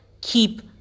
keep